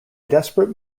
desperate